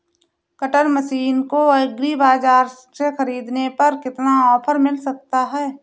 Cutter machine को agri बाजार से ख़रीदने पर कितना ऑफर मिल सकता है?